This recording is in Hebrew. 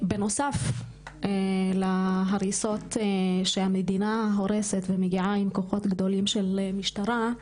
בנוסף להריסות שהמדינה הורסת ומגיעה עם כוחות גדולים של המשטרה,